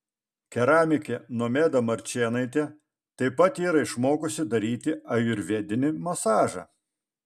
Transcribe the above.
keramikė nomeda marčėnaitė taip pat yra išmokusi daryti ajurvedinį masažą